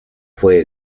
fue